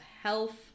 Health